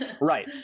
Right